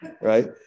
Right